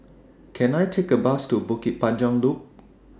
Can I Take A Bus to Bukit Panjang Loop